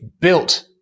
built